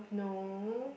no